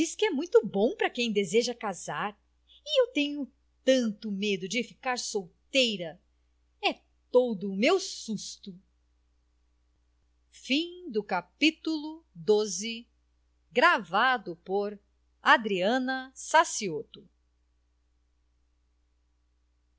que é muito bom para quem deseja casar e eu tenho tanto medo de ficar solteira é todo o meu susto à proporção que alguns locatários abandonavam a